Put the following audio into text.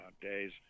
days